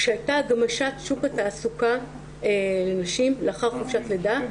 כשהייתה הגמשת שוק התעסוקה לנשים לאחר תקופת לידה,